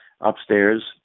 Upstairs